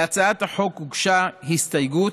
להצעת החוק הוגשה הסתייגות,